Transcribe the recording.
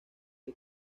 que